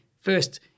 first